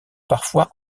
parfois